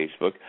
Facebook